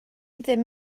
ddim